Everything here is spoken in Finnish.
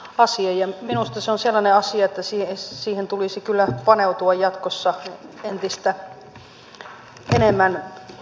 minusta se on sellainen asia että siihen tulisi kyllä paneutua jatkossa entistä enemmän